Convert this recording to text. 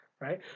right